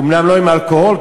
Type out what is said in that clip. אומנם לא עם אלכוהול,